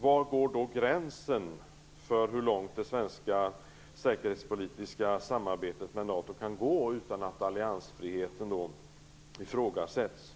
Var går gränsen för hur långt det svenska säkerhetspolitiska samarbetet med NATO kan gå, utan att alliansfriheten ifrågasätts?